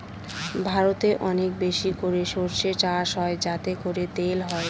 ভারতে অনেক বেশি করে সর্ষে চাষ হয় যাতে করে তেল হয়